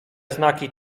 znaki